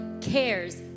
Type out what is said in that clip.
cares